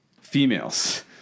females